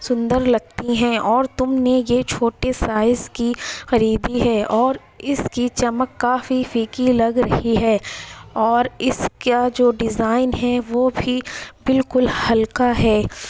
سندر لگتی ہیں اور تم نے یہ چھوٹے سائز کی خریدی ہے اور اس کی چمک کافی پھیکی لگ رہی ہے اور اس کیا جو ڈیزائن ہے وہ بھی بالکل ہلکا ہے